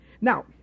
Now